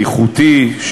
איכותי,